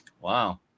Wow